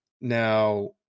Now